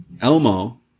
Elmo